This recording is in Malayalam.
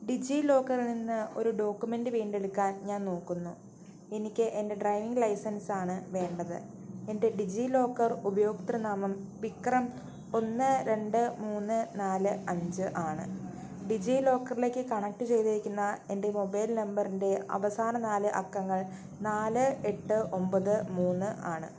ഡിജിലോക്കറിൽ നിന്ന് ഒരു ഡോക്യുമെൻ്റ് വീണ്ടെടുക്കാൻ ഞാൻ നോക്കുന്നു എനിക്ക് എൻ്റെ ഡ്രൈവിംഗ് ലൈസൻസാണ് വേണ്ടത് എൻ്റെ ഡിജിലോക്കർ ഉപയോക്തൃനാമം വിക്രം ഒന്ന് രണ്ട് മൂന്ന് നാല് അഞ്ച് ആണ് ഡിജിലോക്കറിലേക്ക് കണക്റ്റു ചെയ്തേക്കുന്ന എൻ്റെ മൊബൈൽ നമ്പറിൻ്റെ അവസാന നാല് അക്കങ്ങൾ നാല് എട്ട് ഒൻപത് മൂന്ന് ആണ്